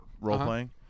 role-playing